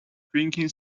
drinking